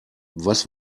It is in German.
was